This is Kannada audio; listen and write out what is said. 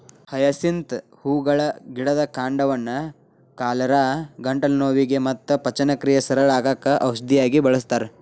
ಹಯಸಿಂತ್ ಹೂಗಳ ಗಿಡದ ಕಾಂಡವನ್ನ ಕಾಲರಾ, ಗಂಟಲು ನೋವಿಗೆ ಮತ್ತ ಪಚನಕ್ರಿಯೆ ಸರಳ ಆಗಾಕ ಔಷಧಿಯಾಗಿ ಬಳಸ್ತಾರ